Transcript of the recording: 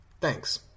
thanks